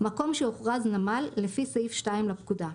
- מקום שהוכרז נמל לפי סעיף 2 לפקודה,